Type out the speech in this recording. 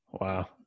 Wow